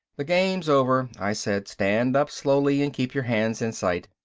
the game's over, i said. stand up slowly and keep your hands in sight.